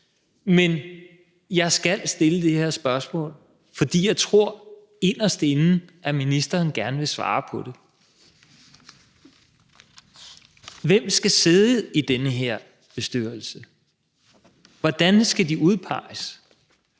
Men jeg skal stille det her spørgsmål, for jeg tror, at ministeren inderst inde gerne vil svare på det: Hvem skal sidde i den her bestyrelse? Hvordan skal de udpeges?